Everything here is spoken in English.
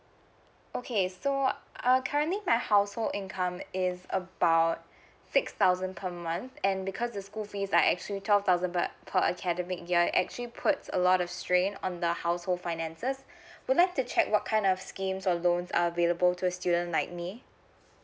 okay so err currently my household income uh is about six thousand per month and because the school fees are actually twelve thousand but per academic year it actually put a lot of strain on the household finances would like to check what kind of schemes or loan available to student like me